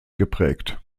geprägt